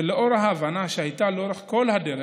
ולאור ההבנה שהייתה לאורך כל הדרך,